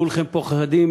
כולכם פוחדים,